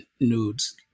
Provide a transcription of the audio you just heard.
nudes